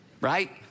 right